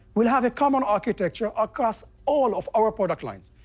we'll have a common architecture across all of our product lines,